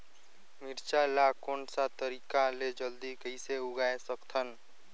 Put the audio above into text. मिरचा ला कोन सा तरीका ले जल्दी कइसे उगाय सकथन?